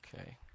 okay